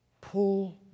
Pull